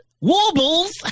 Warbles